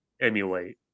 emulate